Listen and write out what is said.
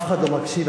אף אחד לא מקשיב.